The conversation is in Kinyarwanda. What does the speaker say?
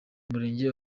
murenge